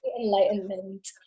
enlightenment